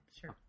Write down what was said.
sure